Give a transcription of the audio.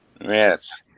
Yes